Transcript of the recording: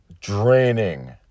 draining